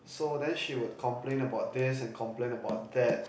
so then she would complain about this and complain about that